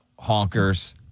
honkers